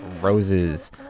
Roses